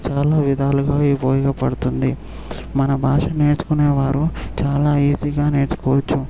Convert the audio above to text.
చాలా విధాలుగా ఉపయోగపడుతుంది మన భాష నేర్చుకునే వారు చాలా ఈజీగా నేర్చుకోవచ్చు